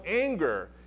anger